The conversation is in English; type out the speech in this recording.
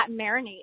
marinate